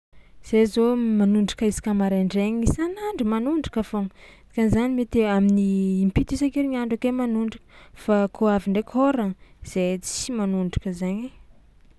Zahay zao manondraka isaka maraindrainy isan'andro manondraka foagna, dika'izany mety eo amin'ny impito isan-kerignandro ake manondraka fa kôa avy ndraiky hôragna zahay tsy manondraka zaigny ai.